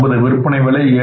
நமது விற்பனை விலை 7